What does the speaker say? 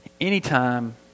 Anytime